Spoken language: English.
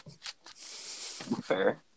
Fair